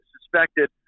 suspected